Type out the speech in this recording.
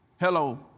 Hello